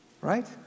Right